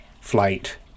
flight